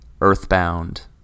Earthbound